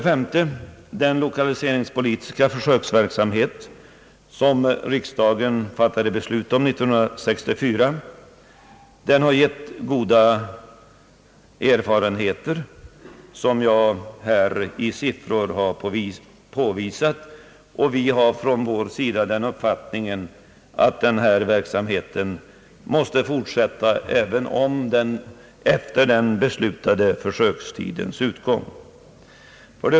5) Den =: lokaliseringspolitiska = försöksverksamhet som riksdagen fattade beslut om 1964 har gett goda erfarenheter, såsom jag här har påvisat i siffror, och vi har från vår sida den uppfattningen att denna verksamhet måste fortsätta även efter den beslutade försökstidens utgång.